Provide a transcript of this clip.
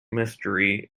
mystery